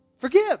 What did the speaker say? forgive